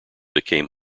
became